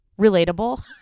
relatable